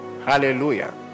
hallelujah